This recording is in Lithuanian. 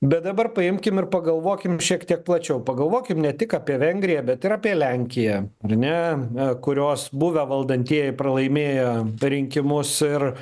bet dabar paimkim ir pagalvokim šiek tiek plačiau pagalvokim ne tik apie vengriją bet ir apie lenkiją ar ne kurios buvę valdantieji pralaimėjo rinkimus ir